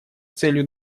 целью